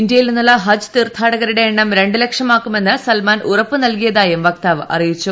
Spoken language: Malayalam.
ഇന്ത്യയിൽ നിന്നുള്ള ഹജ്ജ് തീർത്ഥാടകരുടെ എണ്ണം രണ്ട് ലക്ഷമാക്കുമെന്ന് സൽമാൻ ഉറപ്പു നൽകിയതായും വക്താവ് അറിയിച്ചു